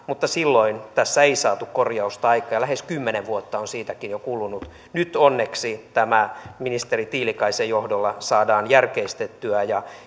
mutta silloin tässä ei saatu korjausta aikaan ja lähes kymmenen vuotta on siitäkin jo kulunut nyt onneksi tämä ministeri tiilikaisen johdolla saadaan järkeistettyä ja